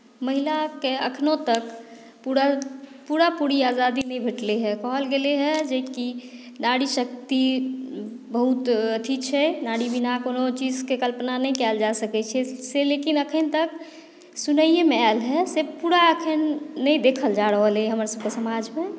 महिलाकेँ एखनहु तक पूरा पूरा पूरी आजादी नहि भेटलै हेँ कहल गेलय हेँ कि नारी शक्ति बहुत अथी छै नारी बिना कोनो चीजके कल्पना नहि कयल जा सकैत छै से लेकिन अखन तक सुनाइयेमे आयल हेँ से पूरा अखन नहि देखल जा रहल अइ हमरसभके समाजमे